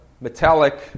metallic